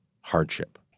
hardship